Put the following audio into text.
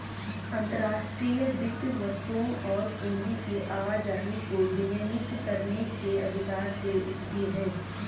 अंतर्राष्ट्रीय वित्त वस्तुओं और पूंजी की आवाजाही को विनियमित करने के अधिकार से उपजी हैं